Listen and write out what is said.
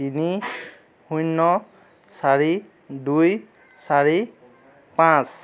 তিনি শূন্য চাৰি দুই চাৰি পাঁচ